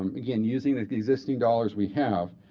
um again, using the existing dollars we have.